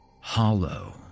Hollow